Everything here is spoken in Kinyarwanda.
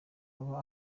aba